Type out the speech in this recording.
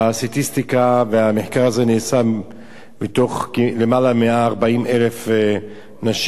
הסטטיסטיקה והמחקר הזה נעשו בקרב למעלה מ-140,000 נשים.